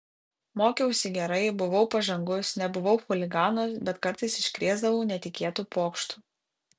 mokiausi gerai buvau pažangus nebuvau chuliganas bet kartais iškrėsdavau netikėtų pokštų